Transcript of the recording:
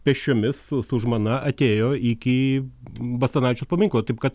pėsčiomis su su žmona atėjo iki basanavičiaus paminklo taip kad